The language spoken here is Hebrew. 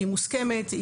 היא מוסכמת.